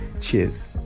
Cheers